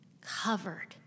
covered